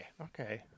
okay